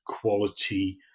quality